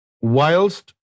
whilst